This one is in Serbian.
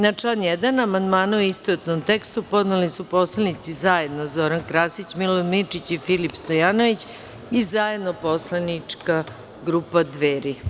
Na član 1. amandmane, u istovetnom tekstu, podneli su poslanici zajedno Zoran Krasić, Milorad Mirčić i Filip Stojanović i zajedno poslanička grupa Dveri.